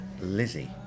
Lizzie